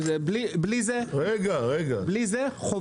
בלי זה, חובה.